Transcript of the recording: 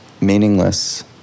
meaningless